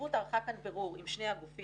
הנציבות ערכה כאן בירור עם שני הגופים,